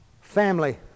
family